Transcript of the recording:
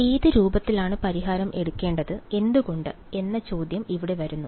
ഏത് രൂപത്തിലാണ് പരിഹാരം എടുക്കേണ്ടത് എന്തുകൊണ്ട് എന്ന ചോദ്യം ഇവിടെ വരുന്നു